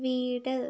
വീട്